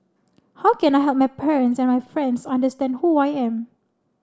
how can I help my parents and my friends understand who I am